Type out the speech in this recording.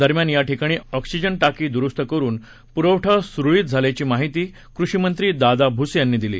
दरम्यान या ठिकाणी ऑक्सिजन टाकी दुरुस्त करून पुरवठा सुरळीत झाल्याची माहिती कृषी मंत्री दादा भुसे यांनी दिली